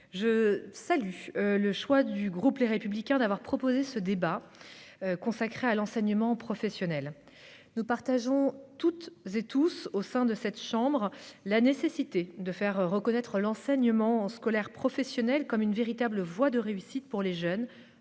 je salue le choix du groupe Les Républicains d'avoir proposé ce débat consacré à l'enseignement professionnel. Nous pensons tous, au sein de cet hémicycle, qu'il est nécessaire de faire reconnaître l'enseignement scolaire professionnel comme une véritable voie de réussite aux yeux des jeunes,